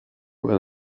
when